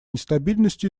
нестабильностью